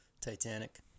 Titanic